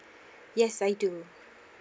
yes I do